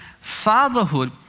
fatherhood